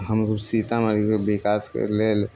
हम सभ सीतामढ़ीके विकासके लेल